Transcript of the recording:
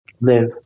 live